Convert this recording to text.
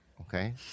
okay